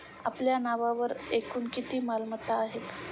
आपल्या नावावर एकूण किती मालमत्ता आहेत?